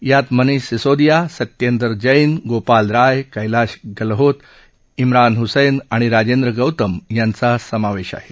यात मनिष सिसोदिया सत्येंदर जैन गोपाल राय कैलाश गलहोत इम्रान हसैन आणि राजेंद्र गौतम यांचा समावेश आहे